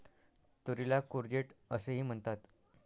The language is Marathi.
तुरीला कूर्जेट असेही म्हणतात